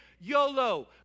YOLO